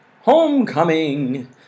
homecoming